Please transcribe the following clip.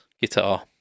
guitar